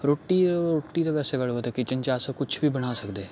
रुट्टी रुट्टी ते वैसे बड़ी बारी किचन च अस कुछ बी बना सकदे